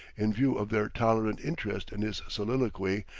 in view of their tolerant interest in his soliloquy,